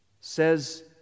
says